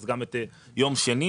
אז גם את יום שני